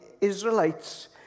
Israelites